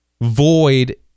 void